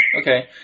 okay